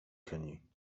connues